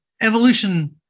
evolution